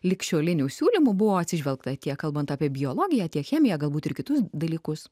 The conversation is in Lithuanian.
ligšiolinių siūlymų buvo atsižvelgta tiek kalbant apie biologiją tiek chemiją galbūt ir kitus dalykus